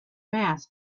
mass